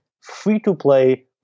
free-to-play